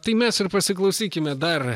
tai mes ir pasiklausykime dar